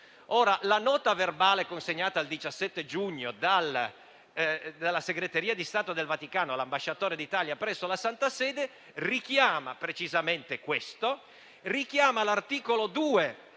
La nota verbale consegnata il 17 giugno dalla Segreteria di Stato del Vaticano all'ambasciatore d'Italia presso la Santa Sede richiama precisamente questo: richiama l'articolo 2